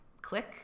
click